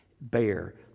bear